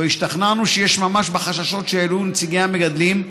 לא השתכנענו שיש ממש בחששות שהעלו נציגי המגדלים.